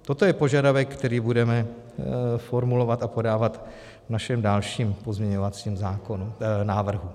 Toto je požadavek, který budeme formulovat a podávat v našem dalším pozměňovacím návrhu.